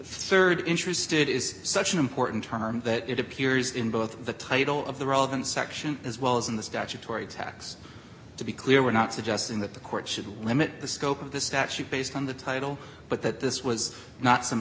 the rd interested is such an important term that it appears in both the title of the relevant section as well as in this dr torrey tax to be clear we're not suggesting that the court should limit the scope of the statute based on the title but that this was not